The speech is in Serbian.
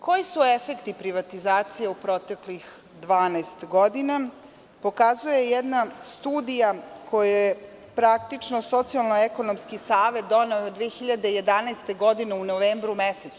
Koji su efekti privatizacije u proteklih 12 godina pokazuje jedna studija koju je praktično Socijalno-ekonomski savet doneo 2011. godine u novembru mesecu.